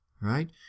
right